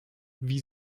wie